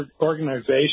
organization